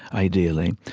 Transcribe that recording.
ideally,